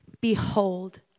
behold